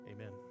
Amen